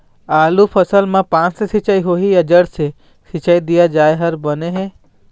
आलू फसल मे पान से सिचाई होही या जड़ से सिचाई दिया जाय हर बने हे?